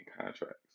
contracts